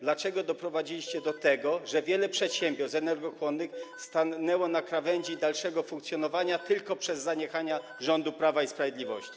Dlaczego doprowadziliście do tego, że wiele przedsiębiorstw energochłonnych stanęło na krawędzi dalszego funkcjonowania tylko przez zaniechania rządu Prawa i Sprawiedliwości?